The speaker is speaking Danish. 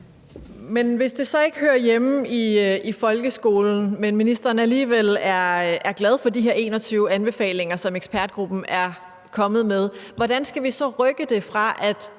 hvis det så ikke hører hjemme i folkeskolen, men ministeren alligevel er glad for de her 21 anbefalinger, som ekspertgruppen er kommet med, hvordan skal vi så rykke det fra at